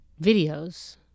videos